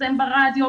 לפרסם ברדיו,